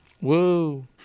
Woo